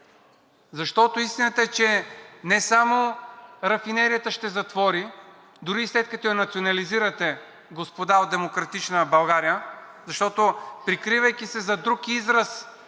на тях. Истината е, че не само рафинерията ще затвори, дори и след като я национализирате, господа от „Демократична България“, защото прикривайки се зад друг израз